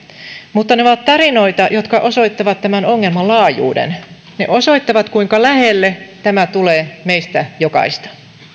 mutta ne ovat tarinoita jotka osoittavat tämän ongelman laajuuden ne osoittavat kuinka lähelle tämä tulee meistä jokaista